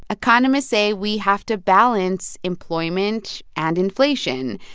economists say we have to balance employment and inflation,